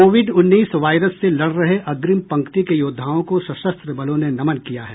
Covid उन्नीस virus से लड़ रहे अग्रिम पंक्ति के योद्वाओं को सशस्त्र बलों ने नमन किया है